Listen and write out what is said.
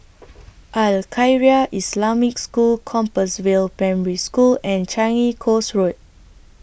Al Khairiah Islamic School Compassvale Primary School and Changi Coast Road